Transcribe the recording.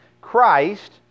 Christ